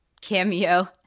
cameo